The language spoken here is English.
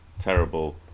terrible